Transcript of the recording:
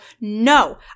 no